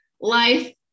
life